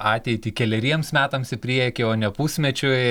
ateitį keleriems metams į priekį o ne pusmečiui